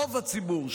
רוב הציבור,